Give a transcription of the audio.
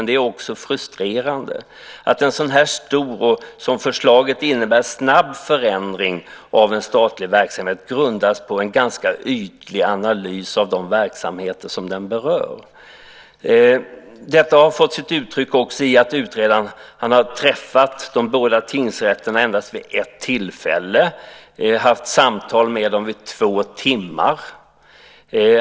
Det är också frustrerande att en så stor och snabb förändring av en statlig verksamhet, som förslaget innebär, grundas på en ganska ytlig analys av de verksamheter som den berör. Det har också fått sitt uttryck i att utredaren har träffat de båda tingsrätterna endast vid ett tillfälle och haft samtal med dem i två timmar.